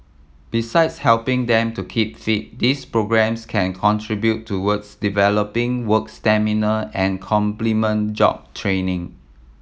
besides helping them to keep fit these programmes can contribute towards developing work stamina and complement job training